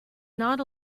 not